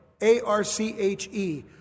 A-R-C-H-E